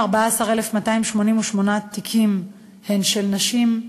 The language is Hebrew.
14,288 מהם הם תיקים של נשים.